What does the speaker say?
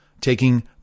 taking